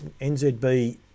NZB